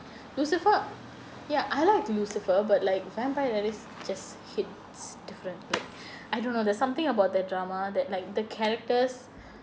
lucifer ya I like lucifer but like vampire diaries just hits different I don't know there's something about the drama that like the characters